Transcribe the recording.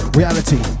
reality